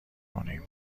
کنیم